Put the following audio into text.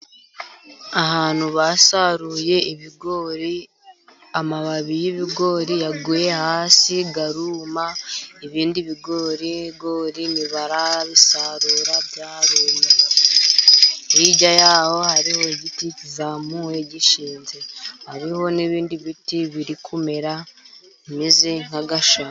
Ahantu basaruye ibigori amababi y'ibigori yaguye hasi aruma, ibindi bigori ntibarabisarura byarumye. Hirya y'aho hariho igiti kizamuye gishinze, hariho n'ibindi biti biri kumera bimeze nka gashe.